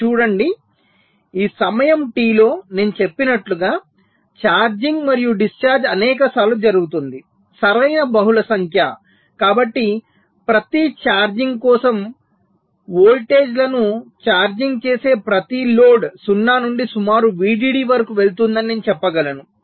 మీరు చూడండి ఈ సమయం T లో నేను చెప్పినట్లుగా ఛార్జింగ్ మరియు డిశ్చార్జ్ అనేకసార్లు జరుగుతుంది సరైన బహుళ సంఖ్య కాబట్టి ప్రతి ఛార్జింగ్ కోసం వోల్టేజ్లను ఛార్జింగ్ చేసే ప్రతి లోడ్ 0 నుండి సుమారు VDD వరకు వెళుతుందని నేను చెప్పగలను